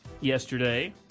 yesterday